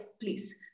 please